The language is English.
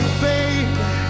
baby